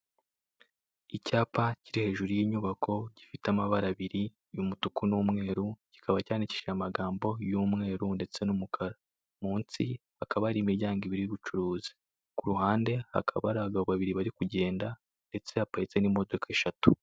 Icyapa kiri hejur y'inyubako gifite amabara abiri y'umutuku n'umweru kikaba cyandikishije amagambo y'umweru ndetse n'umukara, mu nsi hakaba hari imiryango ibiri y'ubucuruzi. Ku ruhande hakaba hari abagabo babiri bari kugenda ndetse haparitse n'imodoka eshatu.